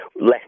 less